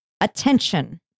attention